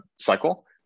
cycle